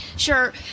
Sure